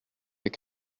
vais